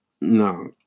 No